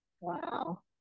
Wow